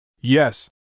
Yes